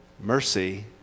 Mercy